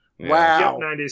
wow